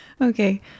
Okay